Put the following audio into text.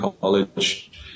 college